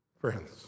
friends